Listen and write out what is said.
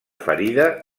ferida